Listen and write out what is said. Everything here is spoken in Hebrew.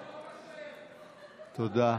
תודה.